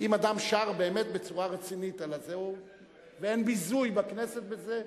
אם אדם שר באמת בצורה רצינית ואין ביזוי בכנסת בזה,